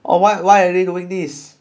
oh why why are they doing this